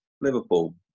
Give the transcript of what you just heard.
Liverpool